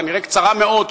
כנראה קצרה מאוד,